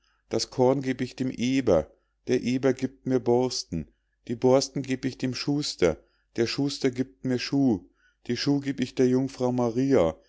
das korn geb ich dem eber der eber giebt mir borsten die borsten geb ich dem schuster der schuster giebt mir schuh die schuh geb ich der jungfrau maria